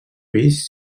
pis